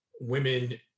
women